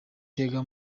tega